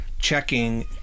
checking